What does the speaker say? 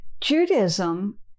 Judaism